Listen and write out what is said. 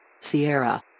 Sierra